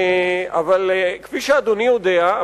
אבל כפי שאדוני יודע,